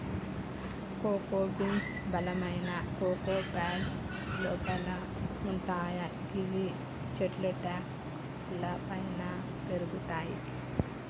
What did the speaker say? cocoa beans బలమైన cocoa pods లోపల వుంటయ్ గివి చెట్ల ట్రంక్ లపైన పెరుగుతయి